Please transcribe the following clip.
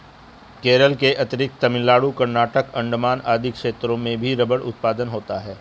केरल के अतिरिक्त तमिलनाडु, कर्नाटक, अण्डमान आदि क्षेत्रों में भी रबर उत्पादन होता है